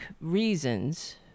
reasons